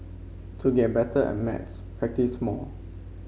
to get better at maths practise more